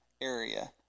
area